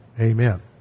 Amen